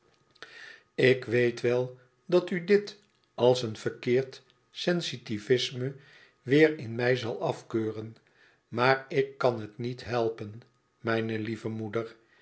ik weet wel dat u dit als een verkeerd sensitivisme weêr in mij zal afkeuren maar ik kan het niet helpen mijn lieve moeder